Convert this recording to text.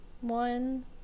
one